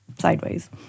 sideways